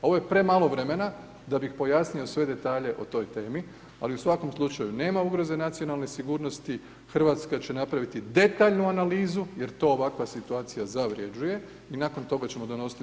Ovo je premalo vremena da bih pojasnio sve detalje o toj temi, ali u svakom slučaju nema ugroze nacionalne sigurnosti, Hrvatska će napraviti detaljnu analizu jer to ovakva situacija zavređuje i nakon toga ćemo donositi druge odluke.